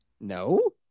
No